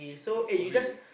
movie